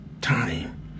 time